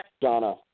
Donna